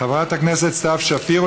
חברת הכנסת סתיו שפיר,